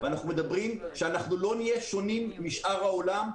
אנחנו מדברים על כך שלא נהיה שונים משאר העולם.